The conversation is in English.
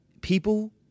people